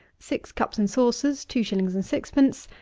six cups and saucers two shillings and sixpence,